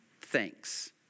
thanks